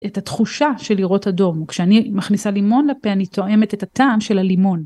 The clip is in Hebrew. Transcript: את התחושה של לראות אדום כשאני מכניסה לימון לפה אני טועמת את הטעם של הלימון.